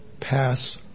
pass